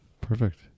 Perfect